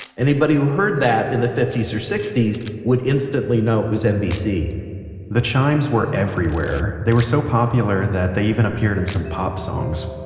anybody who heard that in the fifty s or sixty s would instantly know it was nbc the chimes were everywhere. they were so popular that they even appeared in some pop songs